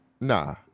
Nah